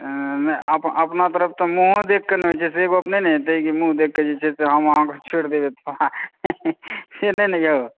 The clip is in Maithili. तऽ मानि लिअ अपना लोकके लिय वएह रहतै